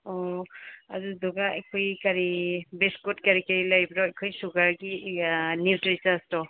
ꯑꯣ ꯑꯗꯨꯗꯨꯒ ꯑꯩꯈꯣꯏꯒꯤ ꯀꯔꯤ ꯕꯤꯁꯀꯨꯠ ꯀꯔꯤ ꯀꯔꯤ ꯂꯩꯕ꯭ꯔꯣ ꯑꯩꯈꯣꯏ ꯁꯨꯒꯔꯒꯤ ꯅꯤꯎꯇ꯭ꯔꯤꯆꯣꯏꯁꯇꯣ